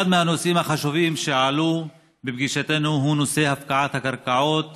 אחד הנושאים החשובים שעלו בפגישתנו הוא נושא הפקעת הקרקעות